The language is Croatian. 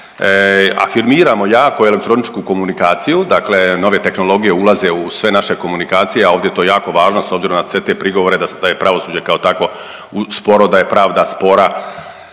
Afirmiramo jako elektroničku komunikaciju, dakle nove tehnologije ulaze u sve naše komunikacije, a ovdje je to jako važno s obzirom na sve te prigovore da je pravosuđe kao takvo sporo, da je pravda spora,